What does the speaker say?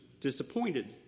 disappointed